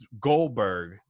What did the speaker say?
Goldberg